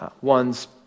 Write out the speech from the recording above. one's